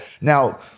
Now